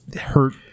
hurt